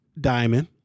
Diamond